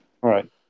Right